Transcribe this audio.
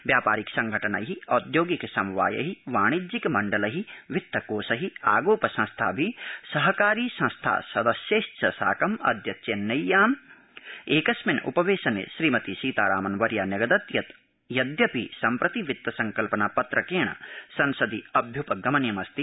व्यापारिक संघटनै औद्योगिक समवायै वाणिज्यिक मण्डलै वित्तकोषै आगोप संस्थाभि सहकारि संस्था सदस्यैश्च साकमद्य चेन्नव्याम एकस्मिन उपवेशने श्रीमती सीतारामन्वर्या न्यगदत् यत् यद्यपि सम्प्रति वित्त संकल्पना पत्रकेण संसदि अभ्य्पगमनीयमस्ति